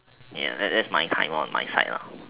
yeah that that's time on my side lah